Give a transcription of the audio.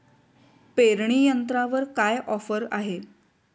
पेरणी यंत्रावर काय ऑफर आहे?